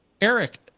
Eric